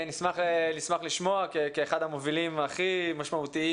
נשמח לשמוע כאחד המובילים הכי משמעותיים